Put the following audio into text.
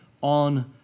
on